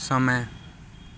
समय